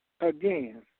again